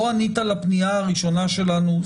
לא ענית לפנייה הראשונה שלנו,